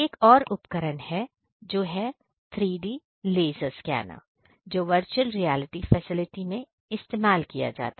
एक और उपकरण है जो है 3D लेजर स्कैनर जो वर्चुअल रियालिटी फैसिलिटी में इस्तेमाल किया जाता है